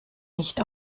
nicht